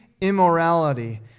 immorality